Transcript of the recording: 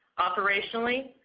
operationally,